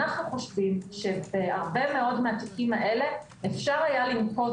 אנו חושבים שבהרבה מאוד מהתיקים האלה אפשר היה לנקוט